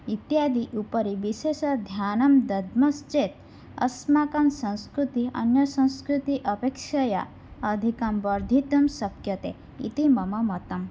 इत्याद्युपरि विशेषध्यानं दद्मश्चेत् अस्माकं संस्कृतिः अन्यसंस्कृतेः अपेक्षया अधिकं वर्धितुं शक्यते इति मम मतम्